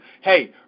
Hey